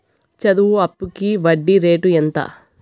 చదువు అప్పుకి వడ్డీ రేటు ఎంత?